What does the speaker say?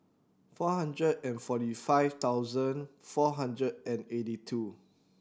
four hundred and forty five thousand four hundred and eighty two